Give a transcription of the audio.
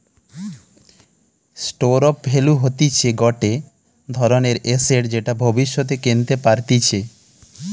store of value হতিছে গটে ধরণের এসেট যেটা ভব্যিষতে কেনতে পারতিছে